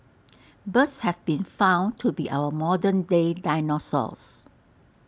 birds have been found to be our modern day dinosaurs